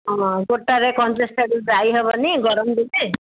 ହଁ ଗୋଟେରେ ଯାଇହବନି ଗରମ ଦିନେ